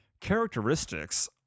characteristics